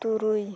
ᱛᱩᱨᱩᱭ